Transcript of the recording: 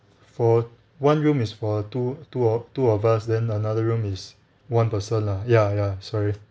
for one room is for two two two of us then another room is one person lah ya ya sorry